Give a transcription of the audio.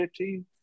15